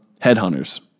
Headhunters